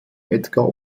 edgar